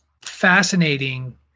fascinating